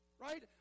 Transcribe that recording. right